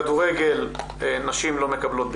בכדורגל נשים לא מקבלות בכלל.